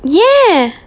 yeah